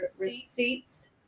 receipts